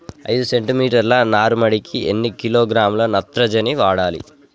ఐదు సెంటిమీటర్ల నారుమడికి ఎన్ని కిలోగ్రాముల నత్రజని వాడాలి?